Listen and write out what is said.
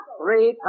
three